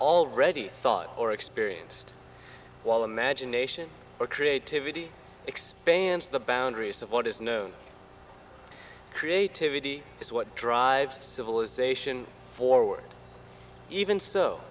already thought or experienced while imagination or creativity expands the boundaries of what is no creativity is what drives civilization forward even s